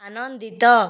ଆନନ୍ଦିତ